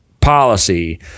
policy